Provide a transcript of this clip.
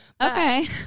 Okay